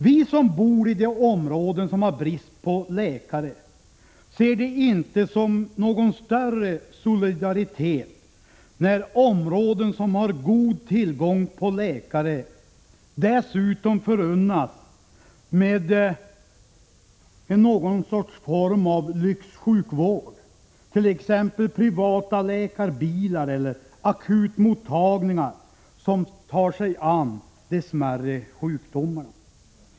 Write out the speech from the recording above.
Vi som bor i de områden som har brist på läkare ser det inte som uttryck för någon större solidaritet att områden som har god tillgång på läkare dessutom förunnas en form av lyxsjukvård, t.ex. privata läkarbilar eller akutmottagningar där man tar sig an smärre sjukdomar.